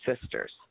sisters